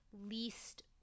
least